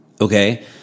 Okay